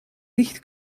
nicht